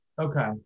okay